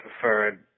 preferred